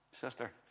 sister